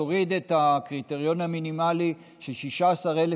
להוריד את הקריטריון המינימלי של 16,000